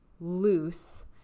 loose